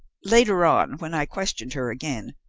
later on, when i questioned her again,